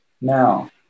Now